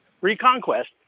reconquest